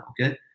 okay